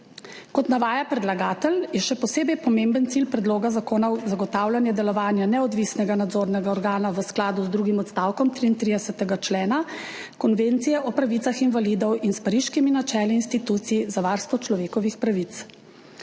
Kot navaja predlagatelj, je še posebej pomemben cilj predloga zakona zagotavljanje delovanja neodvisnega nadzornega organa v skladu z drugim odstavkom 33. člena Konvencije o pravicah invalidov in s Pariškimi načeli institucij za varstvo človekovih pravic.